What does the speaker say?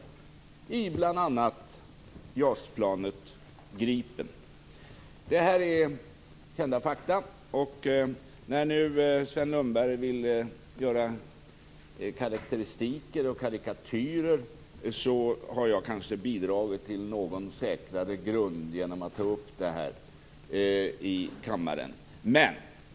Det gäller bl.a. JAS-planet - Gripen. Det är kända fakta. När nu Sven Lundberg vill göra karikatyrer, har jag kanske bidragit till någon säkrare grund genom att ta upp dessa frågor i kammaren.